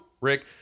Rick